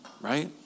right